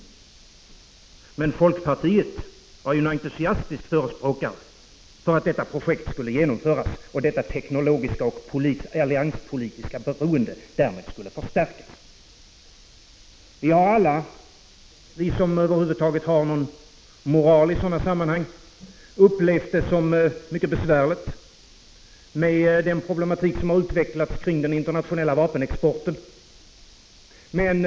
Men folkpartiet var en entusiastisk förespråkare för att detta projekt skulle genomföras och det teknologiska och allianspolitiska beroendet därmed förstärkas. Vi som över huvud taget har någon moral i sådana sammanhang har alla upplevt den problematik som har utvecklats kring den internationella vapenexporten som mycket besvärlig.